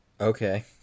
okay